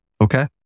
Okay